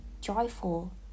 joyful